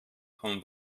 vom